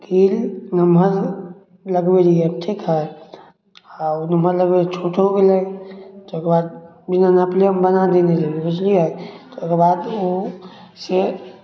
grill नमहर लगबै रहिए ठीक हइ आओर ओ नमहर लगबै रहिए छोट हो गेलै तकरबाद बिना नापले हम बना देने रहिए बुझलिए ओकरबाद ओ से